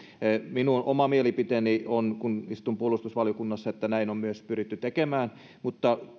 minun oma mielipiteeni on kun istun puolustusvaliokunnassa että näin on myös pyritty tekemään mutta